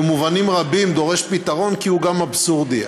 במובנים רבים, דורש פתרון כי הוא גם אבסורדי.